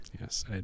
Yes